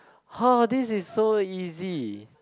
!woah! this is so easy